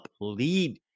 lead